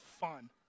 fun